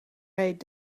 heet